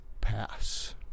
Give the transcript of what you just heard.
pass